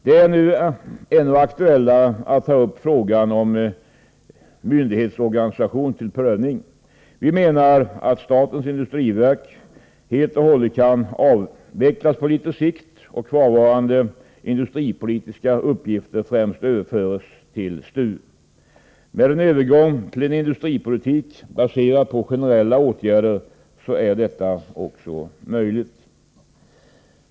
Det är nu ännu mer aktuellt att ta upp frågan om myndighetsorganisationen till prövning. Vi menar att statens industriverk på sikt helt och hållet kan avecklas och kvarvarande industripolitiska uppgifter överföras till främst STU. Med en övergång till en industripolitik baserad på generella åtgärder är detta också möjligt.